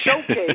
showcase